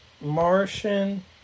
Martian